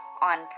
On